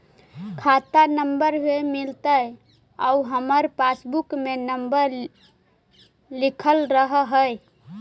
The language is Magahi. खाता नंबर भी मिलतै आउ हमरा पासबुक में नंबर लिखल रह है?